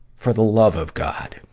for the love of god.